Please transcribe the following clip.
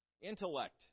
intellect